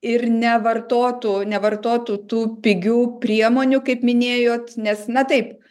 ir nevartotų nevartotų tų pigių priemonių kaip minėjot nes na taip